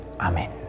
Amen